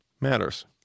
matters